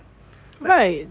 right